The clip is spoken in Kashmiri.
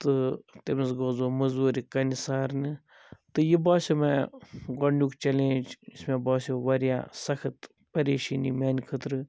تہٕ تٔمس گوس بہٕ مزوٗرٕ کَنہِ سارنہِ تہٕ یہِ باسیٚو مےٚ گۄڈٕنیٛک چیٚلینٛج یُس مےٚ باسیٚو واریاہ سخت پریشٲنی میٛانہ خٲطرٕ